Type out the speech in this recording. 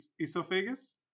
Esophagus